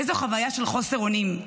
איזו חוויה של חוסר אונים.